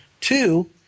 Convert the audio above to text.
Two